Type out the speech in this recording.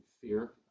Fear